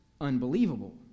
unbelievable